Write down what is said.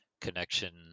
connection